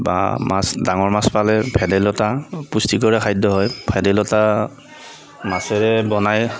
বা মাছ ডাঙৰ মাছ পালে ভেদাইলতা পুষ্টিকৰে খাদ্য হয় ভেদাইলতা মাছেৰে বনাই